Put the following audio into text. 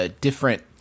different